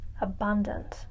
abundant